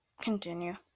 continue